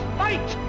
fight